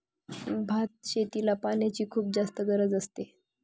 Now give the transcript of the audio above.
भात शेतीला पाण्याची खुप जास्त गरज असते